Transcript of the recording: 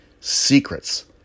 Secrets